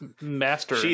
master